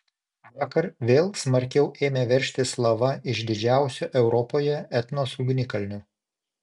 vakar vėl smarkiau ėmė veržtis lava iš didžiausio europoje etnos ugnikalnio